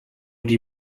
die